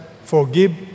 Forgive